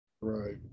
Right